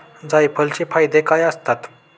जायफळाचे फायदे काय असतात?